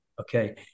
Okay